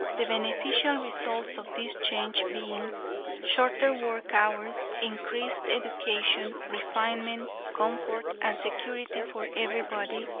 the beneficial results of this change being shorter work hours, increased education, refinement, comfort, and security for everybody,